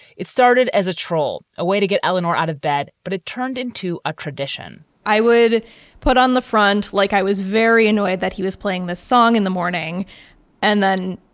it started as a troll, a way to get eleanor out of bed, but it turned into a tradition. i would put on the front like i was very annoyed that he was playing the song in the morning and then.